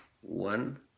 one